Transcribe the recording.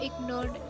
ignored